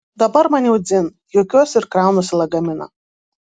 dabar man jau dzin juokiuosi ir kraunuosi lagaminą